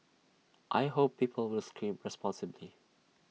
I hope people will scream responsibly